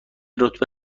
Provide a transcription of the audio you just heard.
رتبه